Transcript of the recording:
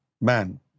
man